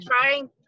trying